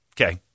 Okay